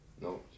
No